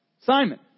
Simon